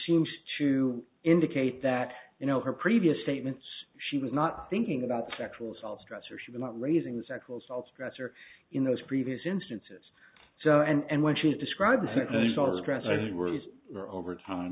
seems to indicate that you know her previous statements she was not thinking about sexual assault stress or she would not raising the sexual assault stressor in those previous instances so and when she described